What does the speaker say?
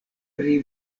pri